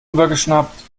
übergeschnappt